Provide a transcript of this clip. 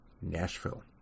Nashville